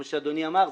וכמו שאדוני אמר,